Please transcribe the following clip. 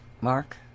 Mark